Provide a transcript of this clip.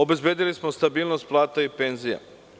Obezbedili smo stabilnost plata i penzija.